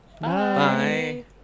Bye